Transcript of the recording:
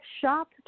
shop